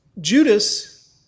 Judas